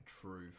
true